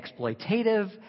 exploitative